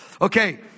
Okay